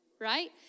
right